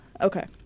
Okay